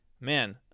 man